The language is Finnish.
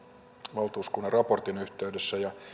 valtuuskunnan raportin yhteydessä ja